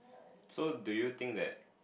so do you think that